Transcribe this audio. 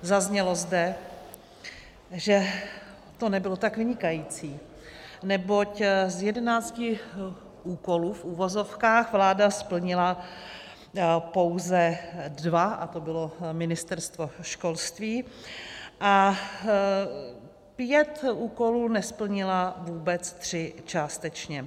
Zaznělo zde, že to nebylo tak vynikající, neboť z jedenácti úkolů, v uvozovkách, vláda splnila pouze dva, a to bylo Ministerstvo školství, a pět úkolů nesplnila vůbec, tři částečně.